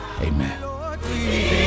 Amen